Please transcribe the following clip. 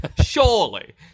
Surely